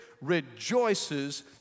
rejoices